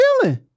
killing